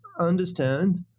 understand